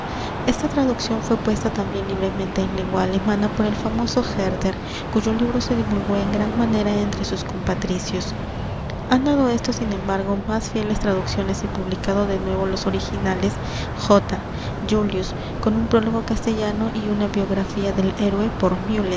esta traducción fué puesta también libremente en lengua alemana por el famoso herder cuyo libro se divulgó en gran manera entre sus compatricios han dado éstos sin embargo más fieles traducciones y publicado de nuevo los originales j julius con un prólogo castellano y una biografía del héroe